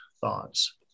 thoughts